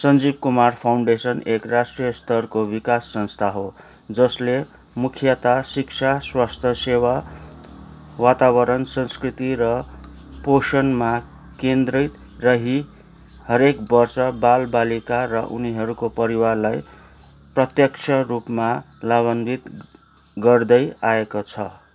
Sanjeev Kumar foundation एक राष्ट्रिय स्तरको विकास संस्था हो जसले मुख्यतया शिक्षा स्वास्थ्य सेवा वातावरण संस्कृति र पोषणमा केन्द्रित रही हरेक वर्ष बालबालिका र उनीहरूको परिवारलाई प्रत्यक्ष रूपमा लाभान्वित गर्दै आएको छ